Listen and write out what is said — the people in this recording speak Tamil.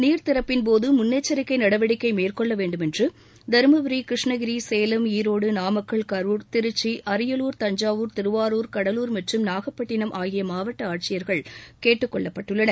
நீர்த் திறப்பின்போது முன்னெச்சரிக்கை நடவடிக்கை மேற்கொள்ள வேண்டுமென்று தர்மபுரி கிருஷ்ணகிரி சேலம் ஈரோடு நாமக்கல் கரூர் திருச்சி அரியலூர் தஞ்சாவூர் திருவாரூர் கடலூர் மற்றும் நாகப்பட்டினம் மாவட்ட ஆட்சியர்கள் கேட்டுக் கொள்ளப்பட்டுள்ளனர்